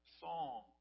song